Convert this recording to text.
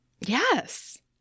Yes